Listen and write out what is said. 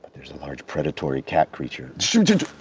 there's a large predatory cat creature shhh!